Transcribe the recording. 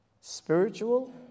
Spiritual